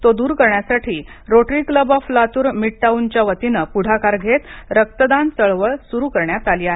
तो दूर करण्यासाठी रोटरी क्लब ऑफ लातूर मिडटाऊनच्या वतीने पुढाकार घेत रक्तदान चळवळ सुरू करण्यात आली आहे